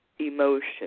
emotion